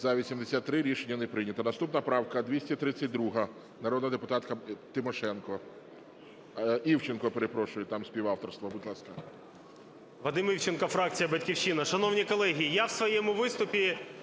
За-83 Рішення не прийнято. Наступна правка 232 народного депутата Тимошенко. Івченко, перепрошую, там співавторство. Будь ласка. 10:48:26 ІВЧЕНКО В.Є. Вадим Івченко, фракція "Батьківщина". Шановні колеги, я в своєму виступі